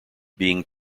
being